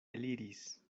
eliris